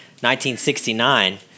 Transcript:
1969